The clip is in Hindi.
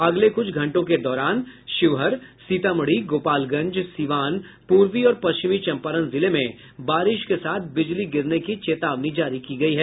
अगले कुछ घंटों के दौरान शिवहर सीतामढ़ी गोपालगंज सिवान पूर्वी और पश्चिमी चम्पारण जिले में बारिश के साथ बिजली गिरने की चेतावनी जारी की गयी है